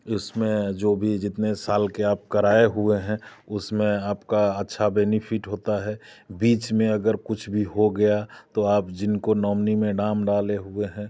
इसमें जो भी जितने साल के आप कराए हुए हैं उसमें आपका अच्छा बेनेफ़िट होता है बीच में अगर कुछ भी हो गया तो आप जिनको नोमिनी में नाम डाले हुए हैं